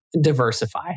Diversify